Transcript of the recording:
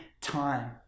time